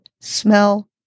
smell